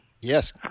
Yes